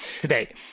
today